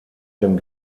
dem